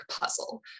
puzzle